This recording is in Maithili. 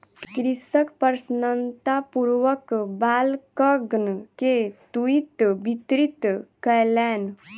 कृषक प्रसन्नतापूर्वक बालकगण के तूईत वितरित कयलैन